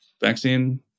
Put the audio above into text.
vaccine